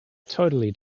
totally